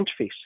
interface